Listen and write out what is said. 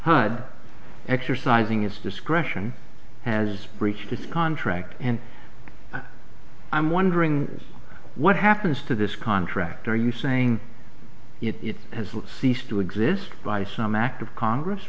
hyde exercising its discretion has breached its contract and i'm wondering what happens to this contract are you saying it has not ceased to exist by some act of congress